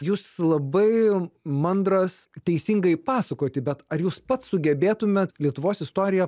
jūs labai mandras teisingai pasakoti bet ar jūs pats sugebėtumėt lietuvos istoriją